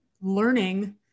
learning